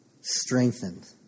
Strengthened